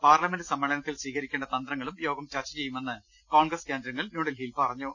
parliament സമ്മേളനത്തിൽ സ്വീകരി ക്കേണ്ട തന്ത്രങ്ങളും യോഗം ചർച്ച് ചെയ്യുമെന്ന് പാർട്ടി കേന്ദ്രങ്ങൾ ന്യൂഡൽഹിയിൽ പറഞ്ഞു